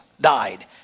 died